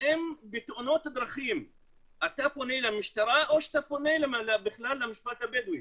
האם בתאונות דרכים אתה פונה למשטרה או שאתה פונה למשפט הבדואי,